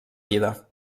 vida